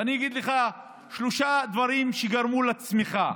ואני אגיד לך שלושה דברים שגרמו לצמיחה